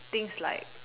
things like